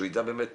שהוא יידע באמת